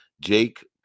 Jake